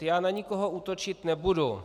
Já na nikoho útočit nebudu.